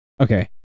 Okay